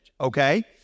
Okay